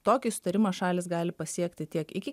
tokį sutarimą šalys gali pasiekti tiek iki